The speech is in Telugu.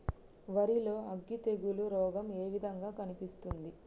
వరి లో అగ్గి తెగులు రోగం ఏ విధంగా కనిపిస్తుంది?